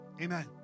Amen